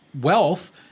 wealth